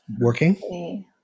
working